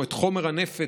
או את חומר הנפץ,